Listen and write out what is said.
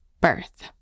birth